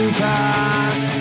pass